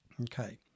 Okay